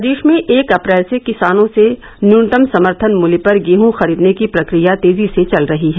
प्रदेश में एक अप्रैल से किसानों से न्यूनतम समर्थन मूल्य पर गेहूँ खरीदने की प्रक्रिया तेजी से चल रही है